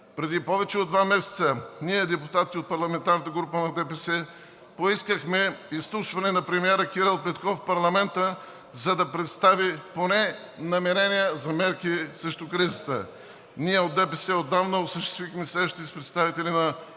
Преди повече от два месеца ние депутатите от парламентарната група на ДПС поискахме изслушване на премиера Кирил Петков в парламента, за да представи поне намерения за мерки срещу кризата. Ние от ДПС отдавна осъществихме срещи с представители на